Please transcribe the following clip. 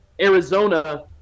Arizona